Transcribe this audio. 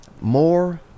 more